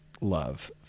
love